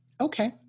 Okay